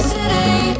City